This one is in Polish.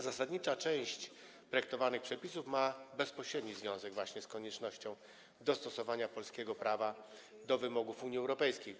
Zasadnicza część projektowanych przepisów ma bezpośredni związek właśnie z koniecznością dostosowania polskiego prawa do wymogów Unii Europejskiej.